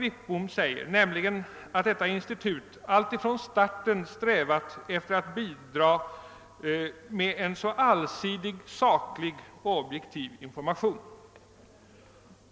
Wickbom säger, nämligen alt detta institut alltifrån starten strävat efefter ätt bidra med ”'en allsidig, saklig och objektiv information.